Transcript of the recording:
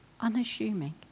unassuming